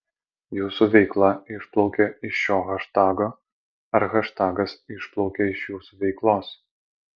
jūsų veikla išplaukė iš šio haštago ar haštagas išplaukė iš jūsų veiklos